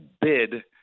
bid